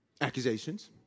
Accusations